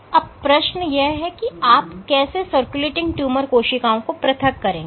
अब प्रश्न यह है कि आप कैसे सर्कुलेटिंग ट्यूमर कोशिकाओं को पृथक करेंगे